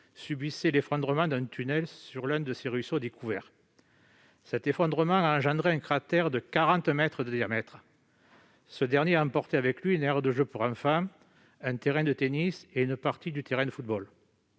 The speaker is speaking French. subissait l'effondrement d'un tunnel sur l'un de ses ruisseaux dits couverts. Cet effondrement a engendré un cratère de quarante mètres de diamètre, emportant une aire de jeux pour enfants, un terrain de tennis et une partie du terrain de football